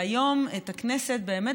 והיום גדשו את הכנסת באמת